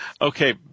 Okay